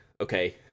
okay